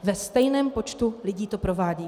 Ve stejném počtu lidí to provádí.